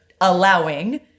allowing